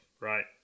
right